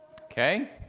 Okay